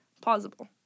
plausible